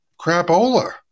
crapola